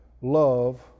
love